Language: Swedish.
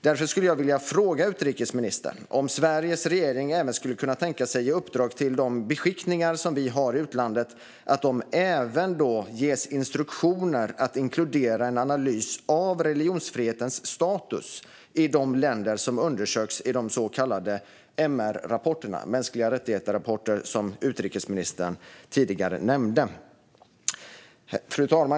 Därför skulle jag vilja fråga utrikesministern om Sveriges regering skulle kunna tänka sig att ge de beskickningar som vi har i utlandet instruktioner att inkludera en analys av religionsfrihetens status i de länder som undersöks i de så kallade MR-rapporterna - rapporter om mänskliga rättigheter - som utrikesministern tidigare nämnde. Fru talman!